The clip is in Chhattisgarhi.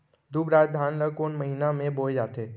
दुबराज धान ला कोन महीना में बोये जाथे?